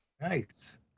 Nice